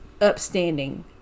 upstanding